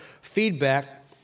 feedback